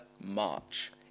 march